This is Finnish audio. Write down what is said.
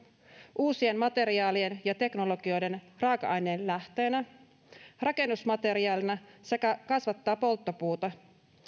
uusien materiaalien ja teknologioiden raaka aineen lähteenä ja rakennusmateriaalina sekä kasvattaa polttopuuta